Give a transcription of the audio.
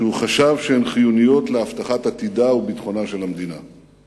שהוא חשב שהן חיוניות להבטחת עתידה וביטחונה של מדינת ישראל.